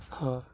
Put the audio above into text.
हो